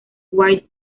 wide